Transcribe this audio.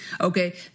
Okay